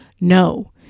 No